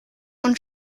und